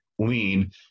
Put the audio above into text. lean